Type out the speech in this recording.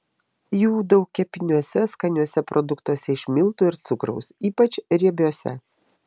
jų daug kepiniuose skaniuose produktuose iš miltų ir cukraus ypač riebiuose